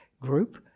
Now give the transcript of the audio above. group